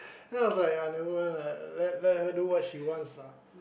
then I was like never mind lah let her do what she wants lah